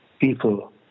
people